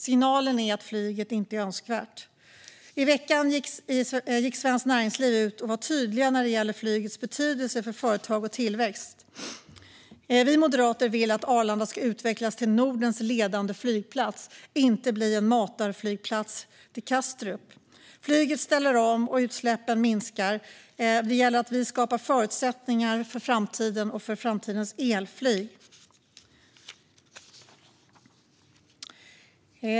Signalen är att flyget inte är önskvärt. I veckan gick Svenskt Näringsliv ut och var tydliga när det gäller flygets betydelse för företag och tillväxt. Vi moderater vill att Arlanda ska utvecklas till Nordens ledande flygplats, inte bli en matarflygplats till Kastrup. Flyget ställer om, och utsläppen minskar. Det gäller att vi skapar förutsättningar för framtiden och för framtidens elflyg.